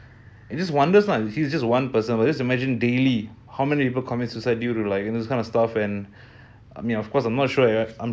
it is sad lah he's just one person but just imagine daily how many people commit suicide due to like those kind of stuff and I mean of course I'm not sure you have